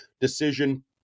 decision